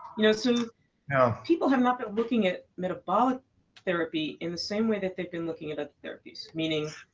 you know so you know people have not been looking at metabolic therapy in the same way that they've been looking at other therapies, meaning,